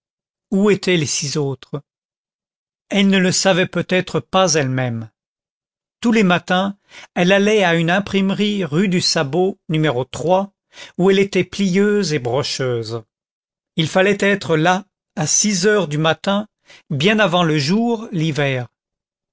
où étaient les six autres elle ne le savait peut-être pas elle-même tous les matins elle allait à une imprimerie rue du sabot n où elle était plieuse et brocheuse il fallait être là à six heures du matin bien avant le jour l'hiver